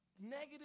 negative